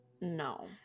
no